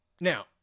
Now